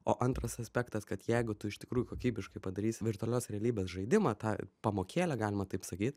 o antras aspektas kad jeigu tu iš tikrųjų kokybiškai padarysi virtualios realybės žaidimą tą pamokėlę galima taip sakyt